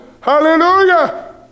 hallelujah